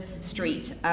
Street